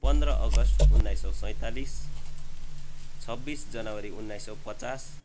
पन्ध्र अगस्त उन्नाइस सौ सैँतालिस छब्बिस जनवरी उन्नाइस सौ पचास